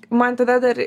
man tada dar